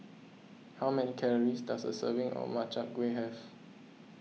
how many calories does a serving of Makchang Gui have